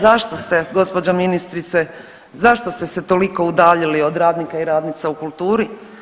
Zašto ste gospođo ministrice, zašto ste se toliko udaljili od radnika i radnica u kulturi?